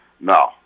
No